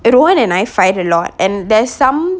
that rohan and I fight a lot and there's some